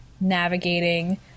navigating